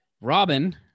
Robin